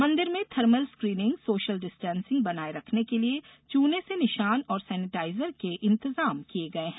मंदिर में thermal screening social distancing बनाए रखने के लिए चूने से निषान और सैनिटाइजर के इंतजाम किए गए हैं